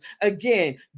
again